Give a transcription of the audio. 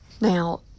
Now